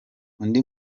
undi